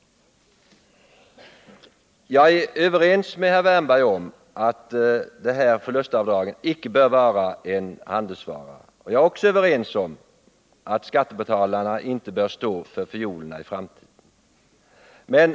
Onsdagen den Jag är överens med herr Wärnberg om att förlustavdraget icke bör vara en 5 december 1979 handelsvara, och jag är också överens med honom om att skattebetalarna inte bör stå för fiolerna i framtiden.